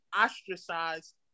ostracized